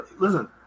listen